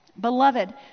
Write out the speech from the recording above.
Beloved